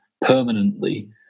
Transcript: permanently